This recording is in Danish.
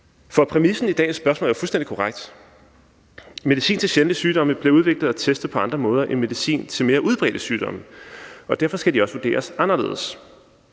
Præmissen for dagens spørgsmål er fuldstændig korrekt. Medicin til sjældne sygdomme bliver udviklet og testet på andre måder end medicin til mere udbredte sygdomme. Derfor skal de også vurderes anderledes.